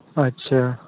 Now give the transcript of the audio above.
अच्छा